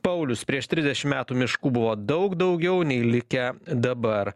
paulius prieš trisdešim metų miškų buvo daug daugiau nei likę dabar